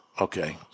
Okay